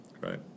right